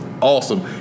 awesome